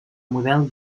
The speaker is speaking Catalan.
model